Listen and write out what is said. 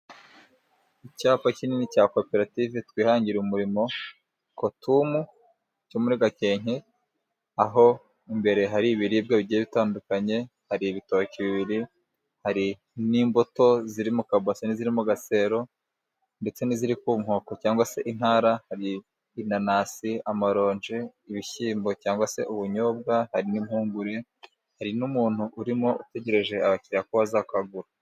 Icyapa kinini cya koperative twihangire umurimo cotumu cyo muri Gakenke, aho imbere hari ibiribwa bigiye bitandukanye hari ibitoki bibiri, hari n'imbuto ziri mu kabase n'iziri mu gasero, ndetse n'iziri ku nkoko cyangwa se intara hari inanasi amaronje ibishyimbo cyangwa se ubunyobwa, hari n'impungure hari n'umuntu urimo utegereje abakiriya ko baza bakagura.